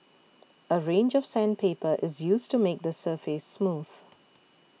a range of sandpaper is used to make the surface smooth